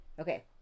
Okay